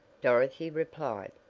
dorothy replied.